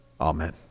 Amen